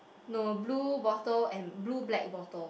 no blue bottle and blue black bottle